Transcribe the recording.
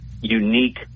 unique